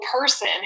person